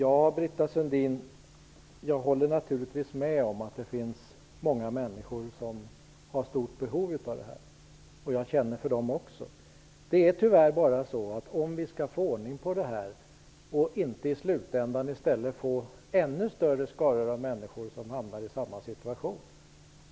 Herr talman! Jag håller naturligtvis med Britta Sundin om att det finns många människor som har stort behov av bostadstillägg. Jag känner också för dem. Men vi måste göra någonting för att få ordning på ekonomin och inte i slutändan i stället få ännu större skaror av människor som hamnar i samma situation.